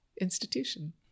institution